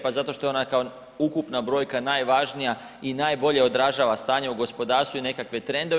Pa zato što je ona kao ukupna brojka najvažnija i najbolje odražava stanje u gospodarstvu i nekakve trendove.